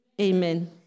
Amen